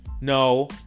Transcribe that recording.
No